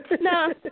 No